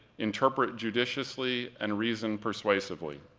interpret judiciously, and reason persuasively.